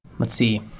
let's see.